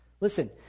Listen